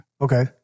Okay